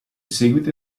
seguito